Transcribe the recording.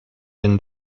been